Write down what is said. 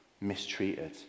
mistreated